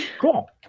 Cool